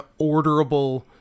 orderable